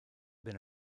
been